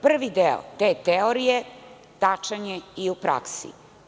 Prvi deo te teorije tačan je i u praksi.